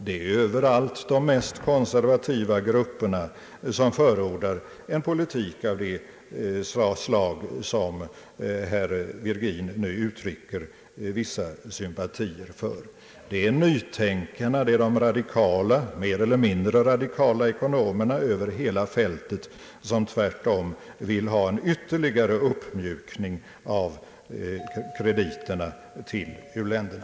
Det är överallt de mest konservativa grupperna som förordar en politik av det slag som herr Virgin nu uttrycker vissa sympatier för. Det är nytänkarna, det är de mer eller mindre radikala ekonomerna över hela fältet som tvärtom vill ha en ytterligare uppmjukning av krediterna till u-länderna.